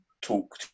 talk